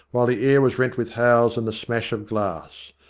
while the air was rent with howls and the smash of glass.